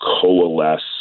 coalesce